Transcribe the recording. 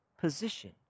position